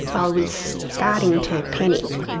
i was starting to panic.